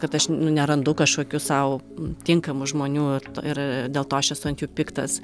kad aš nu nerandu kažkokių sau tinkamų žmonių ir dėl to aš esu ant jų piktas